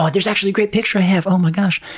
but there's actually a great picture i have, oh my gosh!